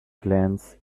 glance